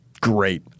great